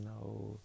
no